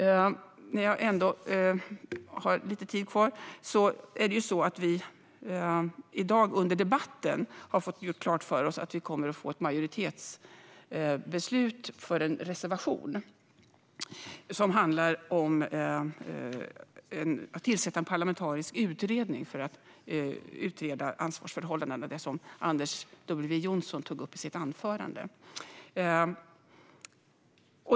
Under debatten i dag har vi fått klart för oss att vi kommer att få ett majoritetsbeslut för en reservation som handlar om att tillsätta en parlamentarisk utredning för att utreda ansvarsförhållanden. Anders W Jonsson tog upp det i sitt anförande.